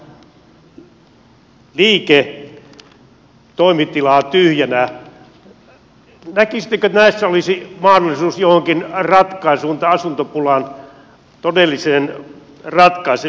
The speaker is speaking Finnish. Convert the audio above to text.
näkisittekö että näissä olisi mahdollisuus johonkin ratkaisuun tämän asuntopulan todelliseen ratkaisemiseen